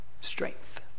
strength